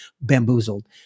bamboozled